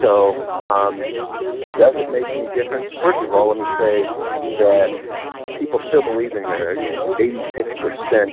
so ah um does it make any difference? first of all, let me say that people still believe in marriage. eighty six percent